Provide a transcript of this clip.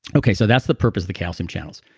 okay, so that's the purpose of the calcium channels.